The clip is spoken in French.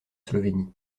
slovénie